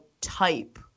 type